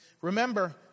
Remember